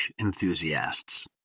enthusiasts